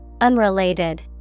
Unrelated